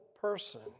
person